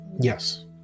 yes